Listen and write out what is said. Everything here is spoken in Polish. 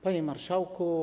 Panie Marszałku!